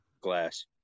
glass